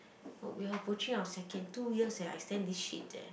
we are approaching our second two years eh I stand this shit eh